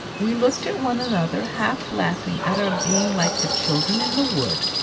we looked at one another, half laughing at our being like the children in the wood,